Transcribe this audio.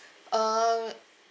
um